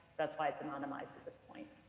that's why it's anonymized at this point.